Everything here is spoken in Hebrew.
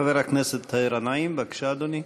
חבר הכנסת גנאים, בבקשה, אדוני.